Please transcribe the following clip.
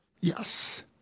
Yes